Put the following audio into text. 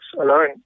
alone